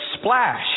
splash